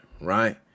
right